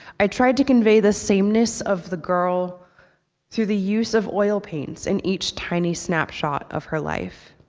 i tried to convey the sameness of the girl through the use of oil paints in each tiny snapshot of her life,